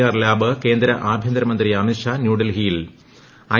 R ല്ലാ്ബ് കേന്ദ്ര ആഭ്യന്തര മന്ത്രി അമിത് ഷാ ന്യൂഡൽഹി ഐ